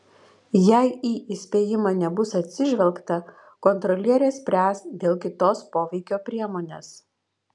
jei į įspėjimą nebus atsižvelgta kontrolierė spręs dėl kitos poveikio priemonės